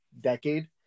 decade